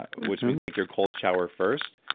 which means take your cold shower first.